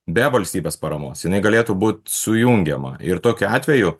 be valstybės paramos jinai galėtų būt sujungiama ir tokiu atveju